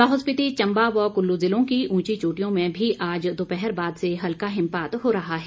लाहौल स्पिति चम्बा व कुल्लू जिलों की ऊंची चोटियों में भी आज दोपहर बाद से हल्का हिमपात हो रहा है